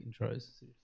intros